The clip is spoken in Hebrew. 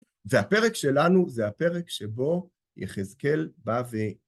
זה הפרק שלנו, זה הפרק שבו יחזקאל בא ו..